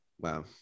wow